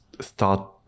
start